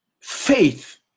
Faith